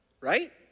right